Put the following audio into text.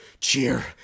cheer